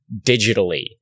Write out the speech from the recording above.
digitally